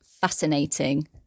fascinating